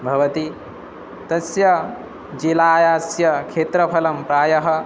भवति तस्य जिलायाः तस्य क्षेत्रफलं प्रायः